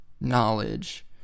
knowledge